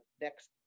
next